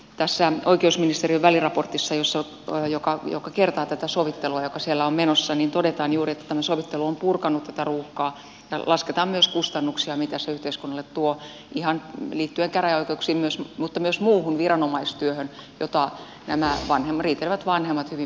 tässä oikeusministeriön väliraportissa joka kertaa tätä sovittelua joka siellä on menossa todetaan juuri että tämä sovittelu on purkanut tätä ruuhkaa ja lasketaan myös kustannuksia mitä se yhteiskunnalle tuo ihan liittyen käräjäoikeuksiin mutta myös muuhun viranomaistyöhön jota nämä riitelevät vanhemmat hyvin pitkälle työllistävät